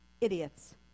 idiots